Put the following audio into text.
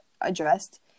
addressed